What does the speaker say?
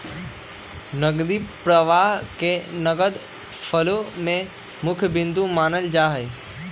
नकदी प्रवाह के नगद फ्लो के मुख्य बिन्दु मानल जाहई